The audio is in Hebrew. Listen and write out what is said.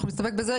אנחנו נסתפק בזה.